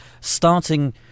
starting